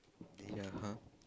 ya !huh!